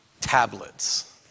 Tablets